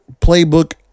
playbook